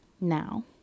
now